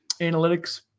analytics